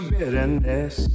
bitterness